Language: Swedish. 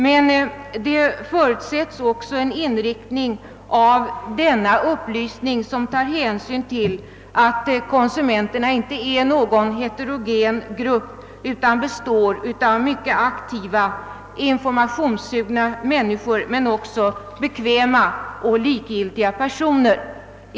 Man förutsätter också en inriktning av denna upplysning som tar hänsyn till att konsumenterna inte är någon homogen grupp, utan består av dels mycket aktiva, informationssugna människor, dels bekväma och likgiltiga personer.